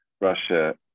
Russia